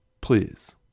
Please